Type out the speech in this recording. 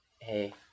Hey